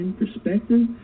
Perspective